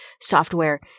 software